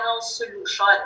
solution